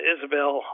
Isabel